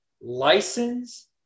license